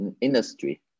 industry